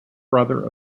brother